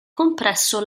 compresso